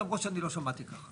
למרות שאני לא שמעתי ככה.